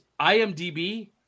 IMDB